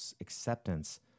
acceptance